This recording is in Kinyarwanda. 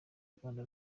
rwanda